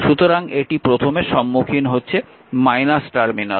সুতরাং এটি প্রথমে সম্মুখীন হচ্ছে টার্মিনাল